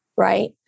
right